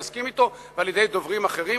ועל-ידי דוברים אחרים: